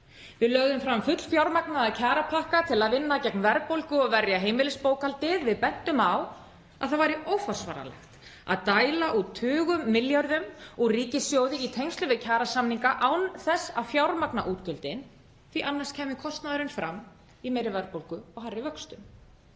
Við lögðum fram fullfjármagnaða kjarapakka til að vinna gegn verðbólgu og verja heimilisbókhaldið. Við bentum á að það væri óforsvaranlegt að dæla út tugum milljarða úr ríkissjóði í tengslum við kjarasamninga án þess að fjármagna útgjöldin, því að annars kæmi kostnaðurinn fram í meiri verðbólgu og hærri vöxtum.